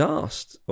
asked